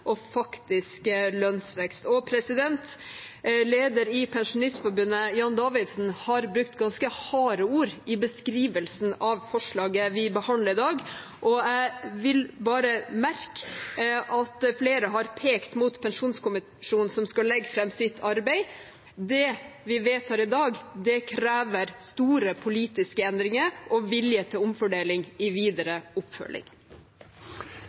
og faktisk lønnsvekst. Leder i Pensjonistforbundet, Jan Davidsen, har brukt ganske harde ord i beskrivelsen av forslaget vi behandler i dag. Jeg vil bare bemerke at flere har pekt mot Pensjonskommisjonen, som skal legge fram sitt arbeid. Det vi vedtar i dag, krever store politiske endringer og vilje til omfordeling i videre oppfølging.